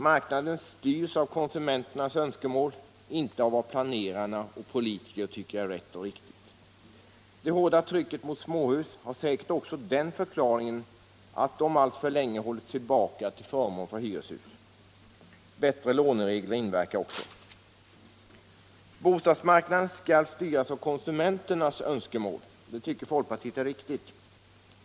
Marknaden styrs av konsumenternas önskemål, inte av vad planerarna och politiker tycker är rätt och riktigt. Det hårda trycket mot småhusen har säkert också den förklaringen att de alltför länge hållits tillbaka till förmån för hyreshus. Bättre låneregler inverkar också. Bostadsmarknaden skall styras av konsumenternas önskemål. Det tycker folkpartiet är riktigt.